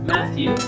Matthew